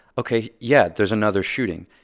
ok, yeah. there's another shooting.